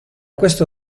questo